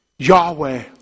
Yahweh